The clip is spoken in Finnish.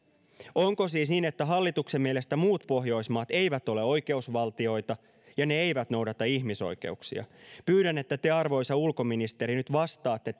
onko siis niin että hallituksen mielestä muut pohjoismaat eivät ole oikeusvaltioita ja ne eivät noudata ihmisoikeuksia pyydän että te arvoisa ulkoministeri nyt vastaatte